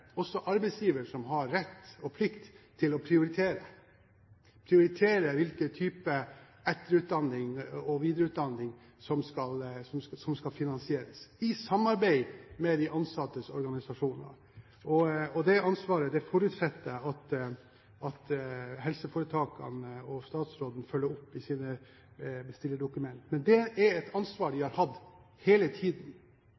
også arbeidsgiver som har rett og plikt til å prioritere hvilken type etter- og videreutdanning som skal finansieres, i samarbeid med de ansattes organisasjoner. Det ansvaret forutsetter at helseforetakene og statsråden følger opp i sine bestillerdokumenter. Men det er et ansvar